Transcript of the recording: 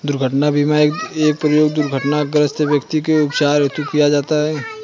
दुर्घटना बीमा का उपयोग दुर्घटनाग्रस्त व्यक्ति के उपचार हेतु किया जाता है